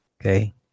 Okay